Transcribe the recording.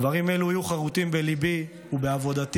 דברים אלו יהיו חרותים בליבי ובעבודתי,